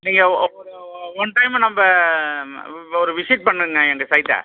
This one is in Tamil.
நீங்கள் ஒரு ஒன் டைம் நம்ம ஒரு விசிட் பண்ணுங்கள் எங்கள் சைட்டை